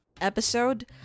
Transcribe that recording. episode